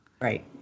Right